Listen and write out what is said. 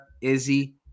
Izzy